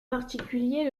particulier